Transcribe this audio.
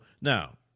now